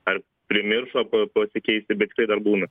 ar primiršo pa pasikeisti bet tikrai dar būna